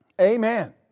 amen